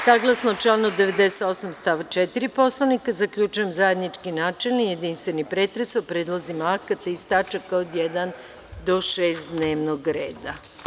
Saglasno članu 98. stav 4. Poslovnika, zaključujem zajednički načelni i jedinstveni pretres o predlozima akata iz tačaka od 1. do 6. dnevnog reda.